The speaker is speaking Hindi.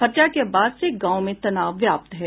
हत्या के बाद से गांव में तनाव व्याप्त है